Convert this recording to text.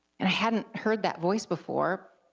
and hadn't heard that voice before,